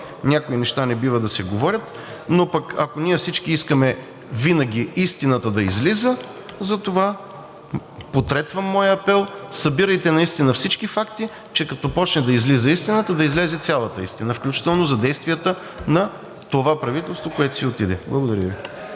някои неща не бива да се говорят. Но пък, ако ние всички искаме винаги истината да излиза… Затова потретвам моя апел: събирайте наистина всички факти, че като започне да излиза истината, да излезе цялата истина, включително за действията на това правителство, което си отиде. Благодаря Ви.